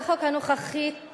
חנין זועבי וג'מאל זחאלקה.